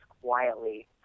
quietly